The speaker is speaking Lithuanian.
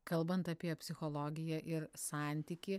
kalbant apie psichologiją ir santykį